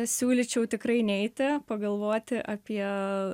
siūlyčiau tikrai neiti pagalvoti apie